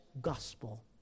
gospel